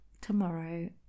tomorrow